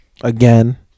Again